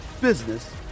business